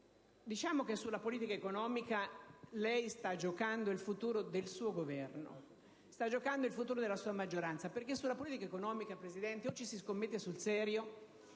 Diciamo che sulla politica economica lei sta giocando il futuro del suo Governo e della sua maggioranza, perché sulla politica economica, Presidente, si scommette sul serio,